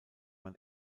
man